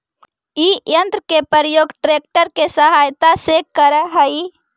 इ यन्त्र के प्रयोग ट्रेक्टर के सहायता से करऽ हई